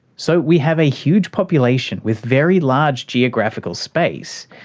so we have a huge population with very large geographical space.